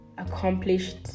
accomplished